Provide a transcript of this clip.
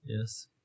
Yes